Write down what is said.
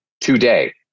today